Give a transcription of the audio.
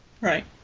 Right